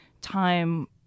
time